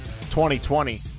2020